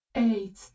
Eight